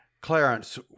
Clarence